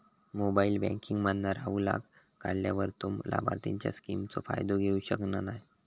mobile banking मधना राहूलका काढल्यार तो लाभार्थींच्या स्किमचो फायदो घेऊ शकना नाय